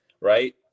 right